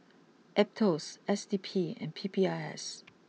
Aetos S D P and P P I S